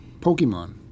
Pokemon